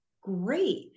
great